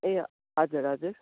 ए हजुर हजुर